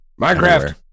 Minecraft